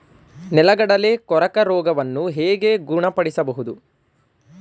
ನೆಲಗಡಲೆ ಕೊರಕ ರೋಗವನ್ನು ಹೇಗೆ ಗುಣಪಡಿಸಬಹುದು?